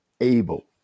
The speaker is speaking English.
able